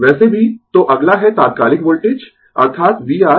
वैसे भी तो अगला है तात्कालिक वोल्टेज अर्थात vRVL v